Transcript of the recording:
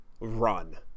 run